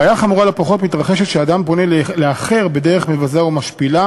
בעיה חמורה לא פחות מתרחשת כשאדם פונה לאחר בדרך מבזה ומשפילה